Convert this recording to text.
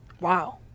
Wow